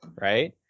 Right